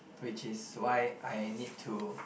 which is why I need to